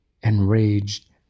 Enraged